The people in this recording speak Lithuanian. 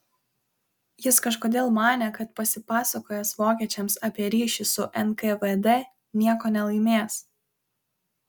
jis kažkodėl manė kad pasipasakojęs vokiečiams apie ryšį su nkvd nieko nelaimės